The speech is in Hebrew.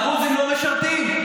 הדרוזים לא משרתים?